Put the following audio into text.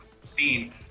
Scene